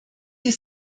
die